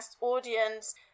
audience